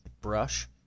brush